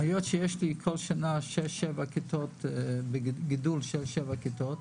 היות שבכל שנה יש לי גידול של שש-שבע כיתות,